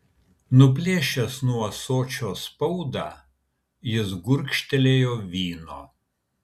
nuplėšęs nuo ąsočio spaudą jis gurkštelėjo vyno